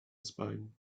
spine